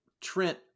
Trent